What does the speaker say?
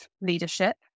leadership